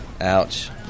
Ouch